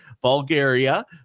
Bulgaria